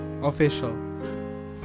official